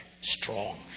strong